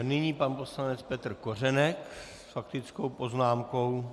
Nyní pan poslanec Petr Kořenek s faktickou poznámkou.